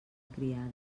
criada